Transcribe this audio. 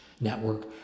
network